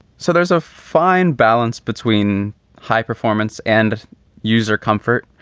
so there's a fine balance between high performance and user comfort,